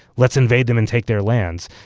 let's invade them and take their lands.